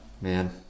man